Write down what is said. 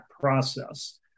process